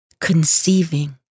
conceiving